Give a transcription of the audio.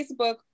Facebook